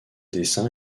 dessin